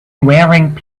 wearing